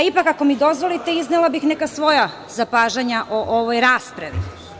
Ipak, ako mi dozvolite, iznela bih neka svoja zapažanja o ovoj raspravi.